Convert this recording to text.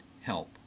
help